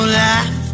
life